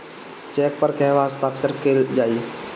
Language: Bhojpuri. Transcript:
चेक पर कहवा हस्ताक्षर कैल जाइ?